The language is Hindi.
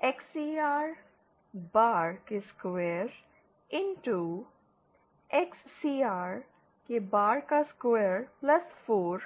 LI 1∅r 2 Xcr2 x Xcr2416